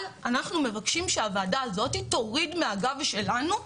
אבל אנחנו מבקשים שהוועדה הזאת תוריד מהגב שלנו,